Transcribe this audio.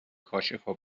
کاشفا